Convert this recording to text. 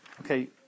okay